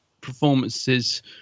performances